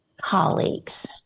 colleagues